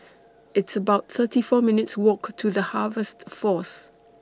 It's about thirty four minutes' Walk to The Harvest Force